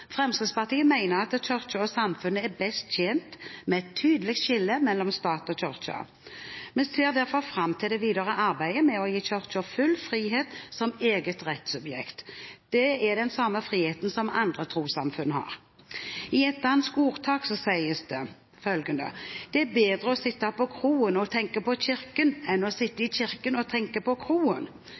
Fremskrittspartiet mener at Kirken og samfunnet er best tjent med et tydelig skille mellom stat og kirke, og vi ser derfor fram til det videre arbeidet med å gi Kirken full frihet som et eget rettssubjekt. Det er den samme friheten som andre trossamfunn har. I et dansk ordtak sies det: «Det er bedre å sitte på kroen og tenke på kirken, enn å sitte i kirken og tenke på kroen.»